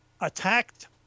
attacked